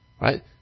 Right